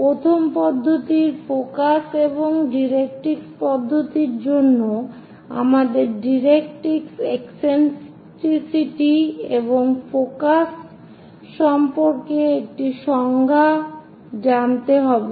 প্রথম পদ্ধতির ফোকাস এবং ডাইরেক্ট্রিক্স পদ্ধতির জন্য আমাদের ডাইরেক্ট্রিক্স একসেন্ট্রিসিটি এবং focus directrix eccentricity and focus সম্পর্কে একটি সংজ্ঞা জানতে হবে